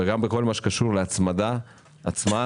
וגם בכל מה שקשור להצמדה עצמה.